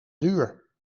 duur